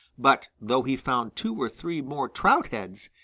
but though he found two or three more trout heads,